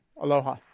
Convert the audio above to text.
Aloha